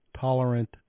tolerant